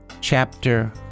chapter